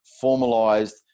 formalized